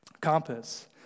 compass